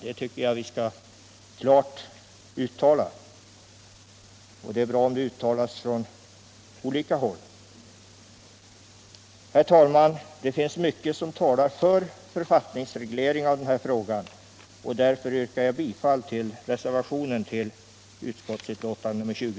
Det tycker jag att vi klart skall uttala, och det är bra om det deklareras från olika håll. Herr talman! Det finns mycket som talar för författningsreglering av den här frågan. Därför yrkar jag bifall till reservationen vid socialutskottets betänkande nr 20.